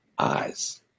eyes